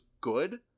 good